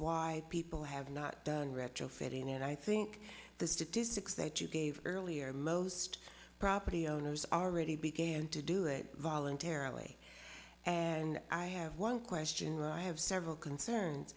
why people have not done retrofitting and i think the statistics that you gave earlier most property owners are already began to do it voluntarily and i have one question i have several concerns